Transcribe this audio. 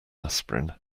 aspirin